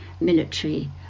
military